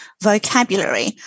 vocabulary